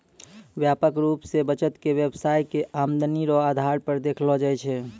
व्यापक रूप से बचत के व्यवसाय के आमदनी रो आधार पर देखलो जाय छै